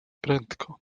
prędko